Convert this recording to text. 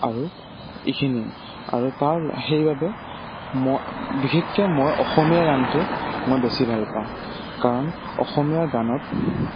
আৰু এইখিনিয়ে আৰু তাৰ সেইবাবে মই বিশেষকে মই অসমীয়া গানটো মই বেছি ভাল পাওঁ কাৰণ অসমীয়া গানত